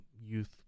youth